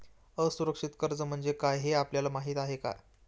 असुरक्षित कर्ज म्हणजे काय हे आपल्याला माहिती आहे का?